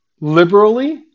liberally